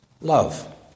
Love